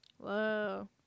Whoa